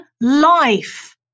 life